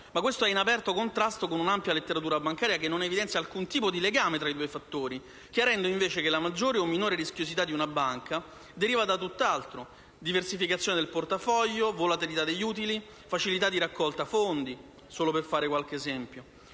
capitario, in aperto contrasto con un'ampia letteratura bancaria che non evidenzia alcun tipo di legame tra i due fattori, chiarendo invece che la maggiore o minore rischiosità di una banca deriva da tutt'altro: diversificazione del portafoglio, volatilità degli utili, facilità di raccolta fondi, solo per fare qualche esempio.